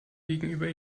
gegenüber